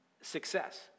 success